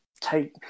take